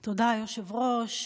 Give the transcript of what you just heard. תודה, היושב-ראש.